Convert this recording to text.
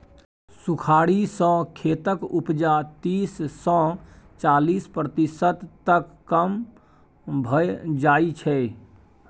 सुखाड़ि सँ खेतक उपजा तीस सँ चालीस प्रतिशत तक कम भए जाइ छै